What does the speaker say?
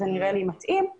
זה נראה לי מתאים.